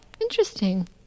Interesting